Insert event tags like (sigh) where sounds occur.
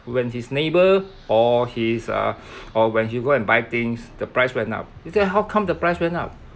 when his neighbour or his ah (breath) or when he go and buy things the price went up he say how come the price went up